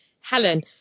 Helen